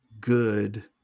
good